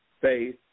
faith